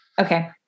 Okay